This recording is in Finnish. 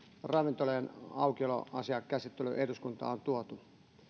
ravintoloiden aukioloasian käsittely eduskuntaan on tuotu